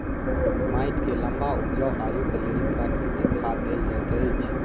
माइट के लम्बा उपजाऊ आयुक लेल प्राकृतिक खाद देल जाइत अछि